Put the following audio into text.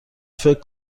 فکر